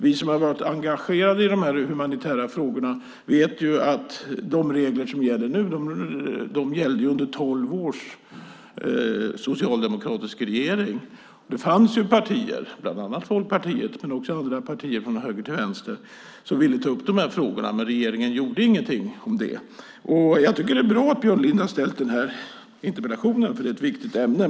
Vi som har varit engagerade i dessa humanitära frågor vet nämligen att de regler som gäller nu gällde under tolv år med en socialdemokratisk regering. Det fanns partier, bland annat Folkpartiet men också andra partier från höger till vänster, som ville ta upp dessa frågor. Men regeringen gjorde ingenting. Jag tycker att det är bra att Björn Lind har ställt denna interpellation eftersom det är ett viktigt ämne.